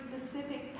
specific